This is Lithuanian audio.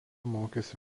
mokėsi